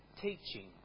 teaching